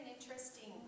interesting